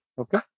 okay